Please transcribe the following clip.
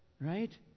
Right